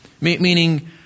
Meaning